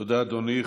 תודה, אדוני.